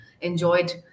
enjoyed